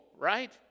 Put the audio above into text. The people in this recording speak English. right